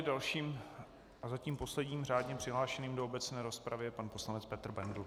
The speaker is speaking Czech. Dalším a zatím posledním řádně přihlášeným do obecné rozpravy je pan poslanec Petr Bendl.